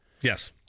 Yes